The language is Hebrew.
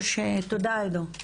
תודה, עידו.